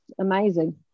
amazing